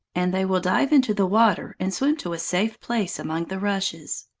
and they will dive into the water and swim to a safe place among the rushes.